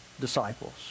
disciples